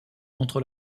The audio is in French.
entre